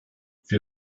wir